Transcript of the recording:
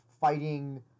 fighting